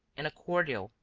and a cordial,